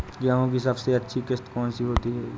गेहूँ की सबसे अच्छी किश्त कौन सी होती है?